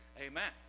Amen